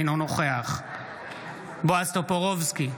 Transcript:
אינו נוכח בועז טופורובסקי,